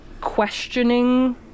questioning